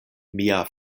mia